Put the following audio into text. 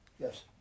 Yes